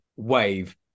Wave